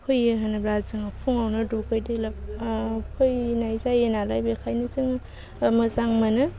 फैयो होनोब्ला जोङो फुंआवनो दुगैदो फैनाय जायो नालाय बेखायनो जों मोजां मोनो